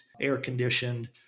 air-conditioned